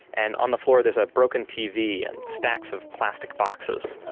and on the floor there's a broken tv and stacks of plastic boxes